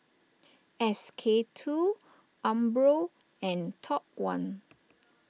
S K two Umbro and Top one